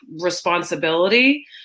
responsibility